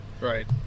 Right